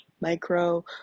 micro